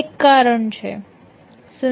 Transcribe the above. તેનું એક કારણ છે